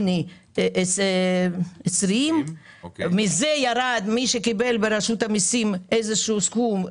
יוני 20'. מזה ירד מי שקיבל ברשות המיסים איזשהו סכום,